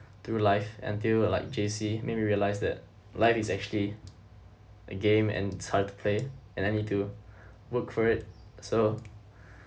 through life until like J_C made me realised that life is actually a game and it's hard to play and I need to work for it so